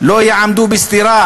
לא יעמדו בסתירה